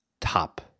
Top